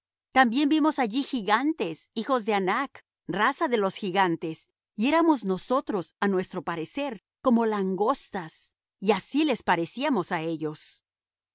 también vimos allí gigantes hijos de anac raza de los gigantes y éramos nosotros á nuestro parecer como langostas y así les parecíamos á ellos